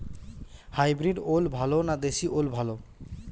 Hybrid ওল ভালো না দেশী ওল ভাল?